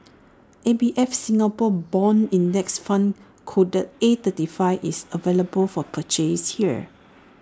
A B F Singapore Bond index fund code A thirty five is available for purchase here